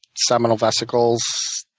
seminal vesicles,